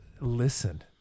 listen